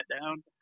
down